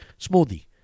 smoothie